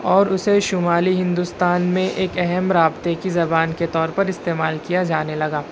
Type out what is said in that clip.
اور اسے شمالی ہندوستان میں ایک اہم رابطے کی زبان کے طور پر استعمال کیا جانے لگا